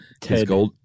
Ted